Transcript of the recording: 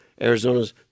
arizona's